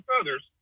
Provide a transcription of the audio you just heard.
feathers